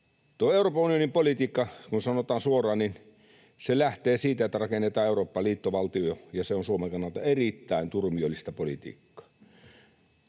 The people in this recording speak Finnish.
sanotaan suoraan — lähtee siitä, että rakennetaan Eurooppaan liittovaltio, ja se on Suomen kannalta erittäin turmiollista politiikkaa.